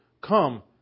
Come